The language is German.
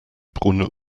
brunnen